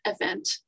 event